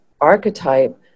archetype